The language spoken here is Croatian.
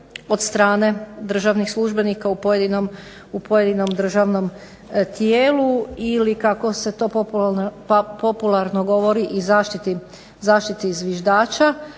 od strane državnih službenika u pojedinom državnom tijelu ili kako se to popularno govori i zaštiti zviždača,